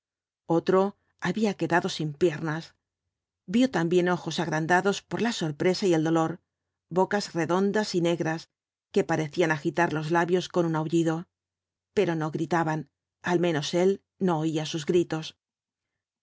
otro había quedado sin piernas vio también ojos agrandados por la sorpresa y el dolor bocas redondas y negras que parecían agitar los labios con un aullido pero no gritaban al menos él no oía sus gritos